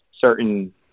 certain